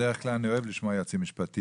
בדרך כלל אני אוהב לשמוע יועצים משפטיים,